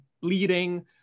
bleeding